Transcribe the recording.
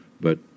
but